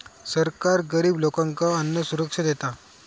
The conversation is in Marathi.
सरकार गरिब लोकांका अन्नसुरक्षा देता